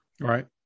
Right